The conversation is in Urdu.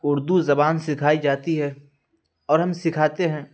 اردو زبان سکھائی جاتی ہے اور ہم سکھاتے ہیں